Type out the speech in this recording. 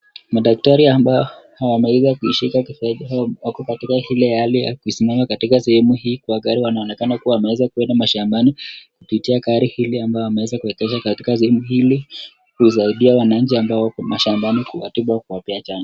Madaktari ambao wako katika sehemu hii wako katika ile hali ya kusimama katika sehemu hii kwa gari wanaonekana kuwa wameenda mashambani kupitia gari hii ambayo wameekeza katika sehemu hii kusaidia wananchi ambao wako mashambani kuwasadia na kuwapa chanjo.